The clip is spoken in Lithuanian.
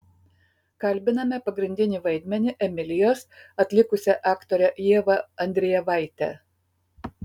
kalbiname pagrindinį vaidmenį emilijos atlikusią aktorę ievą andrejevaitę